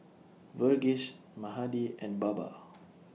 Verghese Mahade and Baba